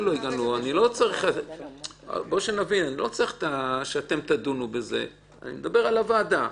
אני לא צריך שאתם תדונו בזה, אני מדבר על הוועדה.